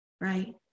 Right